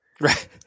Right